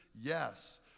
yes